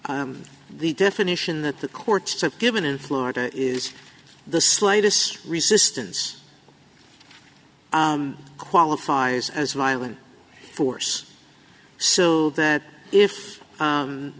e the definition that the courts are given in florida is the slightest resistance qualifies as violent force so that if